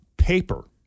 Paper